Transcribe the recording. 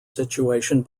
situation